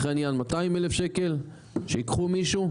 העניין 200,000 שקלים שייקחו מישהו,